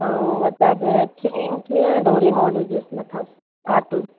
ऐं मतलबु थीम कीअं डोरेमोन हुजेसि मथां काटुन